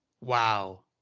Wow